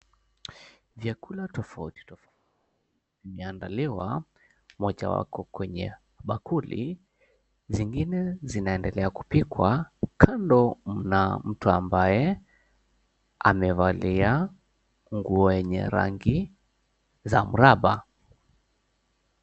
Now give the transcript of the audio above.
Vyakula tofauti tofauti vimeandaliwa moja wako kwenye bakuli, zingine zinaendelea kupikwa. Kando kuna mtu ambaye amevalia nguo yenye rangi za mraba.